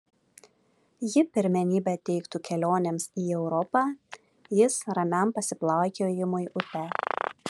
ji pirmenybę teiktų kelionėms į europą jis ramiam pasiplaukiojimui upe